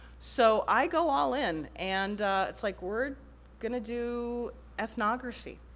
so, i go all in, and it's like, we're gonna do ethnography.